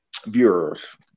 viewers